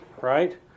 right